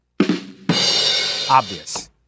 Obvious